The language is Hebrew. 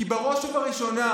כי בראש ובראשונה,